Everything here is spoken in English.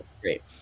Great